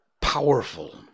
powerful